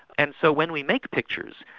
and so when we make pictures,